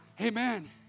Amen